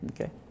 okay